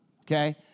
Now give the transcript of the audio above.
okay